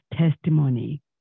testimony